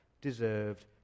deserved